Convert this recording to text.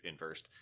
inversed